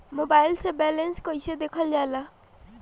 Mobile से balance कइसे देखल जाला?